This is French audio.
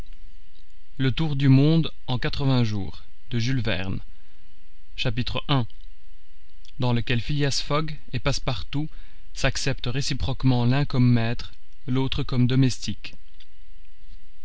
le tour du monde fin table des matières chapitres i dans lequel phileas fogg et passepartout s'acceptent réciproquement l'un comme maître l'autre comme domestique